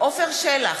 עפר שלח,